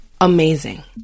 amazing